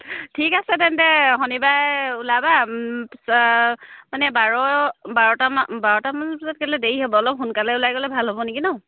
ঠিক আছে তেন্তে শনিবাৰে ওলাবা পিছ মানে বাৰ বাৰটামান বাৰটামান বজাত গ'লে দেৰি হ'ব অলপ সোনকালে ওলাই গ'লে ভাল হ'ব নেকি নহ্